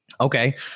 okay